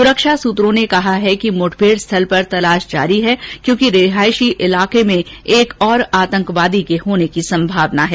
सुरक्षा सूत्रों ने कहा है कि मुठभेड़ स्थल पर तलाशी जारी है क्योंकि रिहायशी इलाके में एक और आतंकवादी के होने की संभावना है